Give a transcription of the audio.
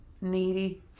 needy